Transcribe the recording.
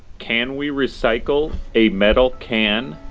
can we recycle a metal can?